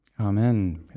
Amen